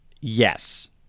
Yes